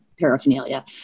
paraphernalia